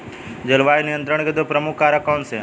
जलवायु नियंत्रण के दो प्रमुख कारक कौन से हैं?